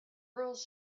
rules